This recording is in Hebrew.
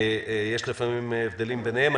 יש לפעמים הבדלים ביניהם.